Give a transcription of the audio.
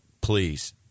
Please